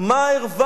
מה הרווחנו